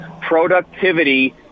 productivity